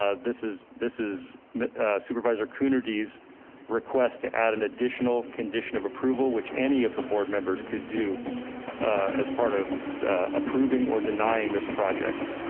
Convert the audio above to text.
ah this is this is supervisor coonerty's request to add an additional condition of approval, which any of the board members could do as part of approving or denying this project.